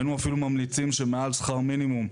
היינו אפילו ממליצים שמעל שכר מינימום,